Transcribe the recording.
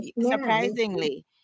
surprisingly